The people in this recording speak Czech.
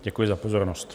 Děkuji za pozornost.